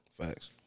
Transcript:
Facts